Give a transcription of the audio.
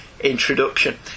introduction